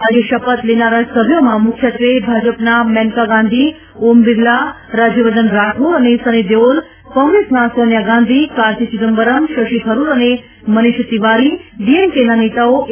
આજે શપથ લેનાર સભ્યોમાં મુખ્યત્વે ભાજપના મેનકા ગાંધી ઓમ બિરલા રાજયવર્ધન રાઠોર અને સની દેઓલ કોંગ્રેસના સોનિયા ગાંધી કાર્તી ચિદમ્બરમ શશી થરૂર અને મનીષ તિવારી ડીએમકેના નેતાઓ એ